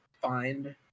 find